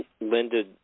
Linda